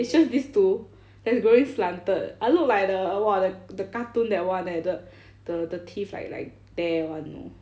is just these two that is growing slanted I look like the !wah! the cartoon that [one] eh the the teeth like like there [one] you know